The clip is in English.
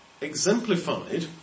exemplified